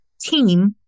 team